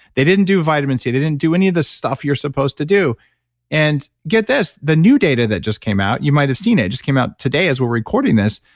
they didn't do vitamin c, they didn't do any of the stuff you're supposed to do and get this the new data that just came out, you might've seen it just came out today as we're recording this,